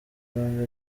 rwanda